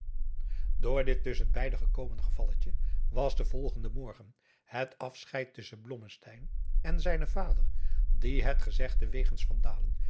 door dit tusschen beide gekomen gevalletje adriaan loosjes pzn het leven van johannes wouter blommesteyn was den volgenden morgen het asscheid tusschen blommesteyn en zijnen vader die het gezegde wegens